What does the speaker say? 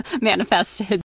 manifested